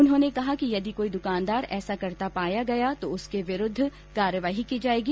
उन्होंने कहा कि यदि कोई दुकानदार ऐसा करता पाया गया तो उसके विरूद्व कार्यवाही की जायेगी